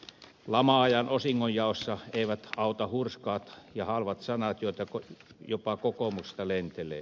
lama ajan osingonjaossa eivät auta hurskaat ja halvat sanat joita jopa kokoomuksesta lentelee